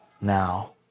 now